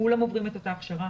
כולם עוברים את אותה הכשרה,